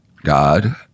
God